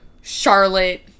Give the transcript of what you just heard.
Charlotte